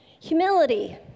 Humility